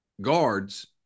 guards